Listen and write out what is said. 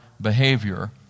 behavior